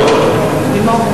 כבודו,